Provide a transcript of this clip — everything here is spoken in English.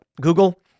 Google